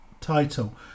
title